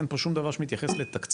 ואין פה שום דבר שמתייחס לתקציב.